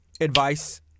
advice